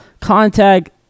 contact